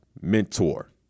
mentor